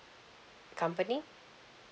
company